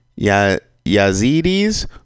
yazidis